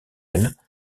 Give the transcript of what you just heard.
elles